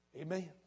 Amen